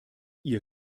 ihr